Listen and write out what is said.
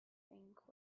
think